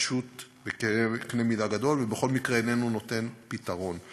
התחדשות בקנה-מידה גדול ובכל מקרה איננו נותן פתרון.